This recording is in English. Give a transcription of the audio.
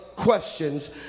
questions